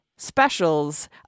specials